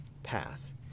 path